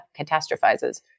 catastrophizes